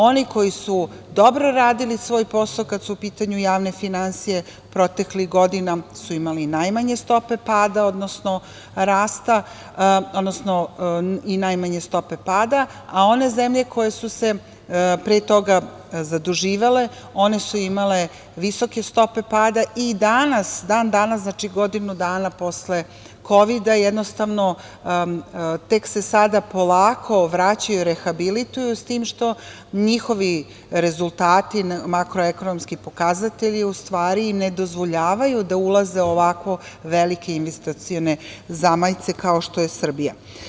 Oni koji su dobro radili svoj posao kad su u pitanju javne finansije proteklih godina su imali najmanje stope pada, odnosno rasta, odnosno i najmanje stope pada, a one zemlje koje su se pre toga zaduživale one su imale visoke stope pada i dan danas, znači godinu dana posle Kovida, jednostavno tek se sada polako vraćaju, rehabilituju, s tim što njihovi rezultati, makroekonomski pokazatelji u stvari im ne dozvoljavaju da ulaze u ovako velike investicione zamajce kao što je Srbija.